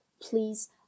please